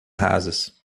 rasas